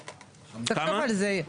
תחשוב על זה,